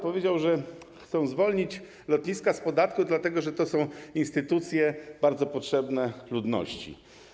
Powiedział, że chcą zwolnić lotniska z podatku, dlatego że to są instytucje bardzo potrzebne ludności.